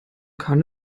kann